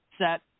set